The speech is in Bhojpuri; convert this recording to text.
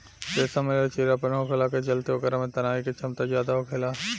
रेशा में लचीलापन होखला के चलते ओकरा में तनाये के क्षमता ज्यादा होखेला